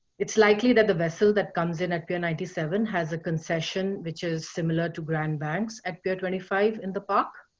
it's likely that the vessel that comes in at ninety seven has a concession, which is similar to grand banks at twenty five in the park.